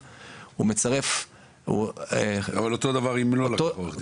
אבל אותו דבר אם לא לקחו עורך דין.